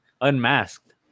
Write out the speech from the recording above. unmasked